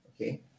okay